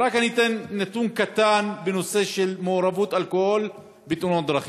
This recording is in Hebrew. ואני אתן רק נתון קטן בנושא של מעורבות אלכוהול בתאונות דרכים: